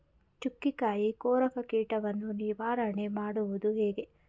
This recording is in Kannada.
ಚುಕ್ಕಿಕಾಯಿ ಕೊರಕ ಕೀಟವನ್ನು ನಿವಾರಣೆ ಮಾಡುವುದು ಹೇಗೆ?